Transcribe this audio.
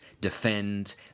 defend